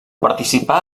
participà